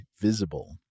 Visible